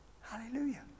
Hallelujah